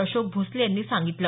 अशोक भोसले यांनी सांगितलं